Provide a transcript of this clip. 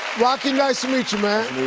rocky, nice to meet you, man.